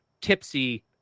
tipsy